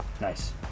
Nice